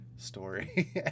story